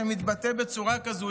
שמתבטא בצורה כזאת,